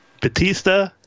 Batista